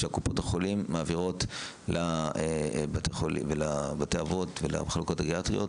שקופות החולים מעבירות לבתי האבות ולמחלקות הגריאטריות.